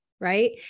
right